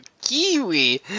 Kiwi